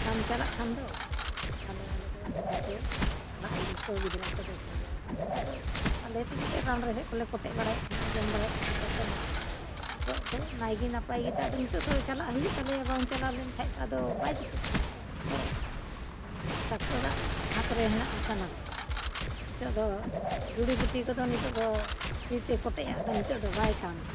ᱵᱟᱢ ᱪᱟᱞᱟᱜ ᱠᱷᱟᱱ ᱫᱚ ᱚᱱᱠᱟᱞᱮ ᱟᱞᱮ ᱫᱚ ᱥᱮᱫᱟᱭ ᱫᱚ ᱚᱲᱟᱜ ᱨᱮᱜᱮ ᱠᱚ ᱜᱤᱫᱽᱨᱟᱹ ᱠᱚᱫᱚ ᱠᱚ ᱤᱭᱟᱹᱣ ᱠᱟᱱ ᱛᱟᱦᱮᱱᱟ ᱟᱫᱚ ᱟᱞᱮ ᱛᱮᱜᱮ ᱞᱮ ᱨᱟᱱ ᱨᱮᱦᱮᱫ ᱠᱚᱞᱮ ᱠᱚᱴᱮᱡ ᱵᱟᱲᱟᱭᱮᱫ ᱛᱟᱦᱮᱱᱟ ᱡᱚᱢ ᱵᱟᱲᱟᱭᱮᱫ ᱛᱟᱦᱮᱱᱟᱞᱮ ᱛᱚ ᱚᱱᱟᱛᱮ ᱱᱤᱛᱳᱜ ᱫᱚ ᱱᱟᱭᱜᱮ ᱱᱟᱯᱟᱭ ᱜᱮᱛᱮ ᱟᱫᱚ ᱱᱤᱛᱳᱜ ᱫᱚ ᱪᱟᱞᱟᱜ ᱦᱩᱭᱩᱜ ᱛᱟᱞᱮᱭᱟ ᱵᱟᱝ ᱪᱟᱞᱟᱣ ᱞᱮᱱᱠᱷᱟᱱ ᱛᱚ ᱟᱫᱚ ᱵᱟᱭ ᱡᱩᱛᱩᱜ ᱠᱟᱱᱟ ᱥᱮ ᱱᱤᱛᱳᱜ ᱫᱚ ᱟᱫᱚ ᱱᱤᱛᱳᱜ ᱫᱚ ᱰᱟᱠᱴᱚᱨᱟᱜ ᱦᱟᱛ ᱨᱮ ᱦᱮᱱᱟᱜᱼᱟ ᱥᱟᱱᱟᱢᱟᱜ ᱱᱤᱛᱳᱜ ᱫᱚ ᱡᱩᱲᱤ ᱵᱩᱴᱤ ᱠᱚᱫᱚ ᱱᱤᱛᱳᱜ ᱫᱚ ᱛᱤᱛᱮ ᱠᱚᱴᱮᱡᱟᱜ ᱫᱚ ᱱᱤᱛᱚᱜ ᱫᱚ ᱵᱟᱭ ᱠᱟᱹᱢᱤᱭᱮᱟ